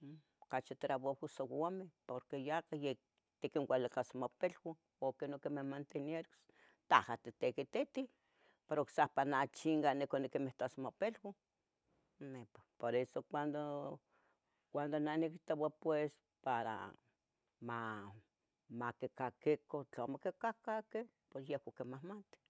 Um ocachi trabajo siuameh, porque yaca yeh tiquinualicas mopilua, aquih non quimanteneros taha titiquititiu, pero ocsahpa ne chinga niconiquihmitas mopiluah. Nepa- Por eso cuando, cuando neh niquihtoua pues para ma maquicaquica, tlamo quicaquih aquih, pues yehua quimati.